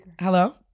Hello